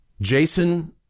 Jason